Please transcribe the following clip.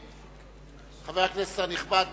חבר הכנסת הנכבד,